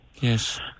Yes